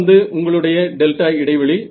இது வந்து உங்களுடைய டெல்டா இடைவெளி